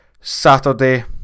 Saturday